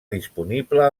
disponible